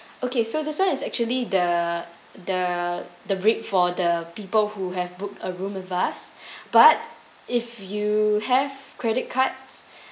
okay so this [one] is actually the the the rate for the people who have booked a room with us but if you have credit cards